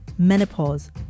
menopause